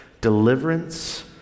deliverance